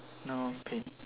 no pay